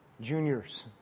juniors